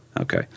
Okay